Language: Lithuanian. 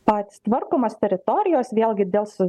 pats tvarkomos teritorijos vėlgi dėl su